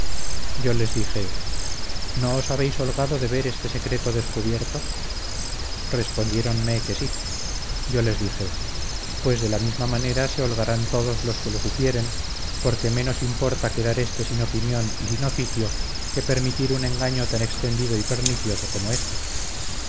yo les dije no os habéis holgado de ver este secreto descubierto respondieronme que sí yo les dije pues de la misma manera se holgarán todos los que lo supieren porque menos importa quedar éste sin opinión y sin oficio que permitir un engaño tan extendido y pernicioso corno este